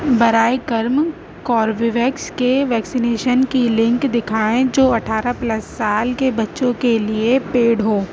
براہ کرم Covovax کے ویکسینیشن کی لنک دکھائیں جو اٹھارہ پلس سال کے بچوں کے لیے پیڈ ہو